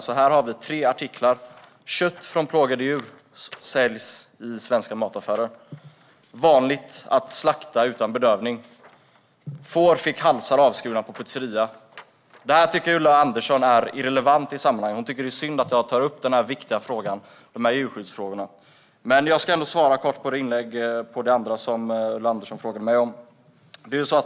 Jag har här tre artiklar: "Kött från plågade djur säljs i svenska mataffärer", "Vanligt att slakta utan bedövning", "Får fick halsar avskurna på pizzeria". Detta tycker Ulla Andersson är irrelevant i sammanhanget. Hon tycker att det är synd att jag tar upp denna viktiga djurskyddsfråga. Jag ska ändå svara kort på det andra som Ulla Andersson frågade mig om.